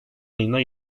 ayında